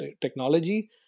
technology